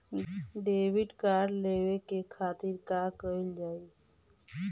Debit card लेवे के खातिर का कइल जाइ?